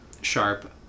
sharp